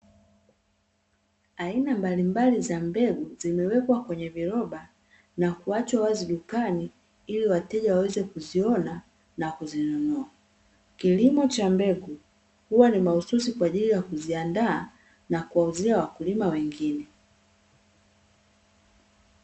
Aina mbalimbali za mbegu zimewekwa kwenye viroba na kuachwa wazi dukani, ili wateja waweze kuziona na kuzinunua. Kilimo cha mbegu huwa ni mahususi kwa ajili ya kuziandaa na kuwauzia wakulima wengine.